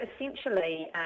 essentially